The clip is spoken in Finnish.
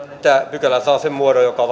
pykälä saa sen muodon joka